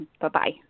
Bye-bye